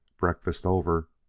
breakfast over,